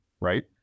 right